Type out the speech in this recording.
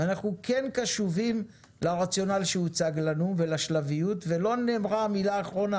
ואנחנו כן קשובים לרציונל שהוצג לנו ולשלביות ולא נאמרה המילה האחרונה.